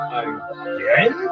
again